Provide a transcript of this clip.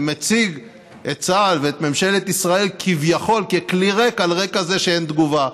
ומציג את צה"ל ואת ממשלת ישראל כביכול ככלי ריק על רקע זה שאין תגובה.